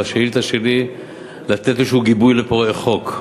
בשאילתה שלי לתת גיבוי כלשהו לפורעי חוק.